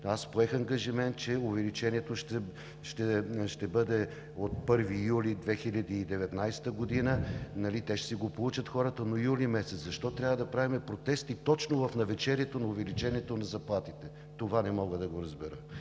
3. Поех ангажимент, че увеличението ще бъде от 1 юли 2019 г. Хората ще си го получат, но през месец юли. Защо трябва да правим протести точно в навечерието на увеличението на заплатите – това не мога да го разбера?!